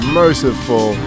merciful